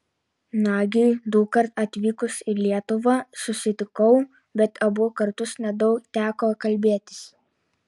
nagiui dukart atvykus į lietuvą susitikau bet abu kartus nedaug teko kalbėtis